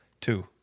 Two